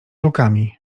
lukami